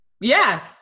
Yes